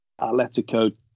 Atletico